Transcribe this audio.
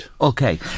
Okay